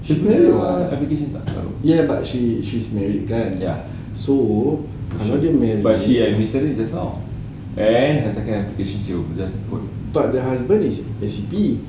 she's married [what] ya but she's she's married kan so kalau dia married but the husband is is B